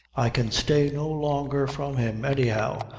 i can stay no longer from him, any how,